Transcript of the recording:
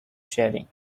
sharing